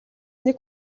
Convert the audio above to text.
нэг